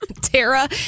Tara